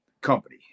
company